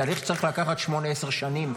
בתהליך שצריך לקחת שמונה, עשר שנים.